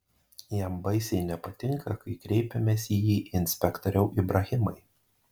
jam baisiai nepatinka kai kreipiamės į jį inspektoriau ibrahimai